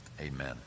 Amen